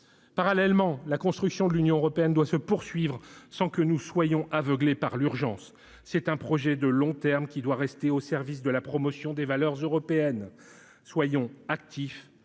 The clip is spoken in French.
Parallèlement, la construction de l'Union européenne doit se poursuivre sans que nous soyons aveuglés par l'urgence : c'est un projet de long terme, qui doit rester au service de la promotion des valeurs européennes. Soyons actifs,